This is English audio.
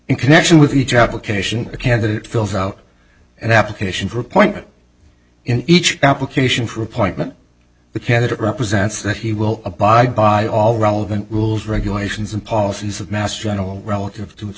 in connection with each application a candidate fills out an application for appointment in each application for appointment the candidate represents that he will abide by all relevant rules regulations and policies of mass general relative to